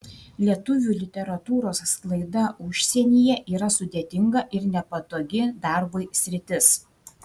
lietuvių literatūros sklaida užsienyje yra sudėtinga ir nepatogi darbui sritis